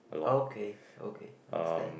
okay okay understand